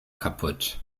kaputt